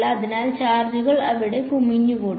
അതിനാൽ ചാർജുകൾ അവിടെ കുമിഞ്ഞുകൂടും